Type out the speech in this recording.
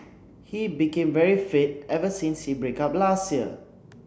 he became very fit ever since he break up last year